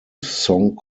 song